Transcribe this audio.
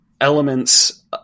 elements